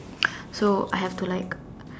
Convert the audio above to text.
so I have to like